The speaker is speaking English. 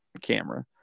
camera